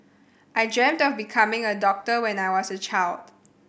I dreamt of becoming a doctor when I was a child